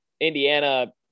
Indiana